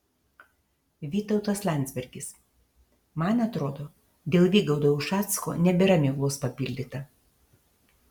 vytautas landsbergis man atrodo dėl vygaudo ušacko nebėra miglos papildyta